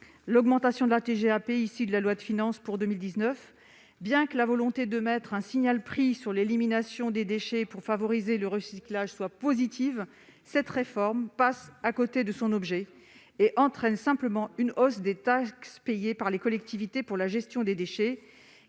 l'augmentation de la TGAP issue de la loi de finances pour 2019. Bien que la volonté de mettre un signal prix sur l'élimination des déchets pour favoriser le recyclage soit positive, cette réforme passe à côté de son objet et entraîne simplement une hausse des taxes payées par les collectivités pour la gestion des déchets,